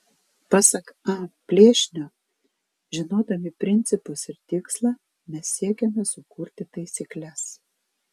pasak a plėšnio žinodami principus ir tikslą mes siekiame sukurti taisykles